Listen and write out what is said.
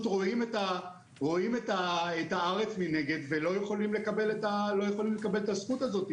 רואים את הארץ מנגד ולא יכולים לקבל את הזכות הזאת.